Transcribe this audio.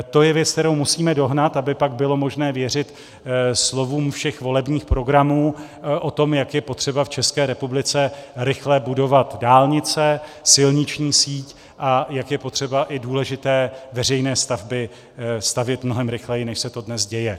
To je věc, kterou musíme dohnat, aby pak bylo možné věřit slovům všech volebních programů o tom, jak je potřeba v České republice rychle budovat dálnice, silniční síť a jak je potřeba i důležité veřejné stavby stavět mnohem rychleji, než se to dnes děje.